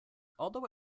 although